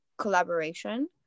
collaboration